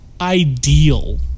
ideal